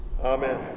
Amen